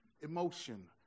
emotion